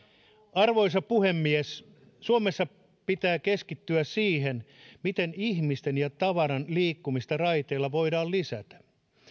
arvoisa puhemies suomessa pitää keskittyä siihen miten ihmisten ja tavaran liikkumista raiteilla voidaan lisätä